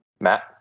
Matt